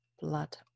blood